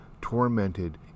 tormented